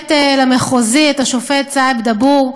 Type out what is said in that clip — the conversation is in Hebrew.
שופט למחוזי, את השופט סאאב דבור.